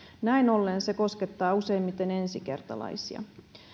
näin ollen se koskettaa useimmiten ensikertalaisia